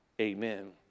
amen